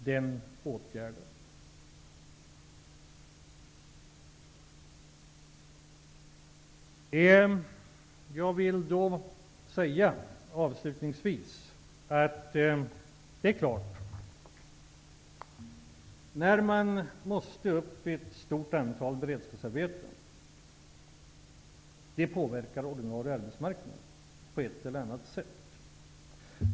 Avslutningsvis vill jag säga att det påverkar ordinarie arbetsmarknad på ett eller annat sätt när man måste upp i ett stort antal beredskapsarbeten.